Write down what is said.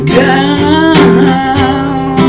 down